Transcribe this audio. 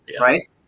Right